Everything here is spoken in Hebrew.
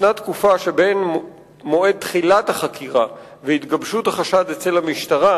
ישנה תקופה שבין מועד תחילת החקירה והתגבשות החשד אצל המשטרה